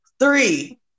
three